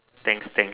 thanks thanks